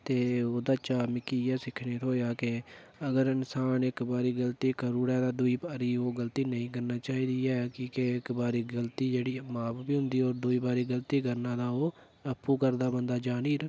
ते ओह्दे चा मिगी एह् सिक्खने थ्होएया के अगर इन्सान इक बारी गलती करी ओड़ै ते दुई बारी ओह् गलती नेईं करना चाहिदी ऐ कि के इक बारी गलती जेह्ड़ी माफ बी होंदी होर दुई बारी गलती करना तां ओह् आपूं करदा बन्दा जानि'री